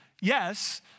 yes